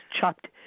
chopped